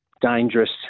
dangerous